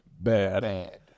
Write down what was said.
Bad